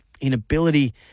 inability